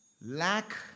Lack